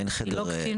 היא לא קטינה.